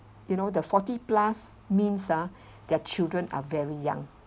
you know the forty plus means ah their children are very young